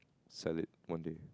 sell it one day